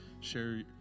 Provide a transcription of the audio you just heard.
share